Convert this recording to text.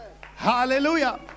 hallelujah